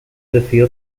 decidió